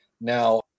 Now